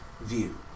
view